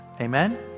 Amen